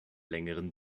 längeren